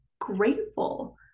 grateful